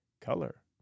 Color